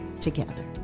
together